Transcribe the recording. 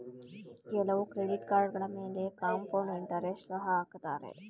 ಕೆಲವು ಕ್ರೆಡಿಟ್ ಕಾರ್ಡುಗಳ ಮೇಲೆ ಕಾಂಪೌಂಡ್ ಇಂಟರೆಸ್ಟ್ ಸಹ ಹಾಕತ್ತರೆ